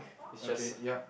okay yup